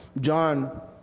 John